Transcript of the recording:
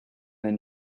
then